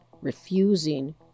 refusing